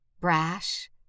brash